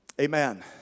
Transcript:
Amen